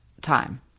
time